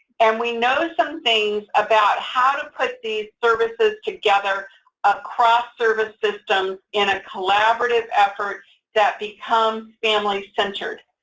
and we know some things about how to put these services together across service systems in a collaborative effort that becomes family-centered.